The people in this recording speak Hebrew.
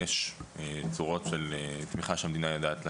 יש צורות של תמיכה שהמדינה יודעת לתת: